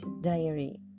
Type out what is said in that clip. Diary